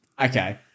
Okay